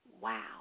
wow